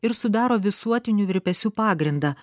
ir sudaro visuotinių virpesių pagrindą